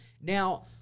Now